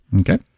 Okay